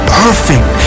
perfect